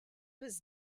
was